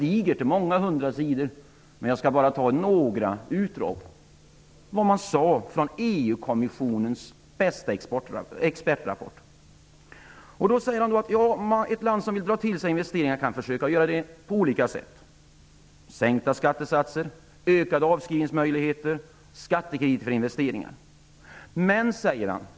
Det är många hundra sidor, men jag skall bara göra några utdrag ur rapporten, som alltså har skrivits av EU kommissionens främsta experter. Det står att ett land som vill försöka dra till sig investeringar kan göra det på olika sätt: genom sänkta skattesatser, ökade avskrivningsmöjligheter eller skattefrihet för investeringar.